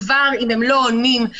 כבר כשהם לא עונים,